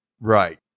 Right